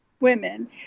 women